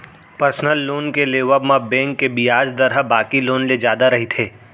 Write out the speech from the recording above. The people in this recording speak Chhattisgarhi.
परसनल लोन के लेवब म बेंक के बियाज दर ह बाकी लोन ले जादा रहिथे